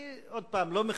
אני,